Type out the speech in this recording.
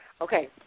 Okay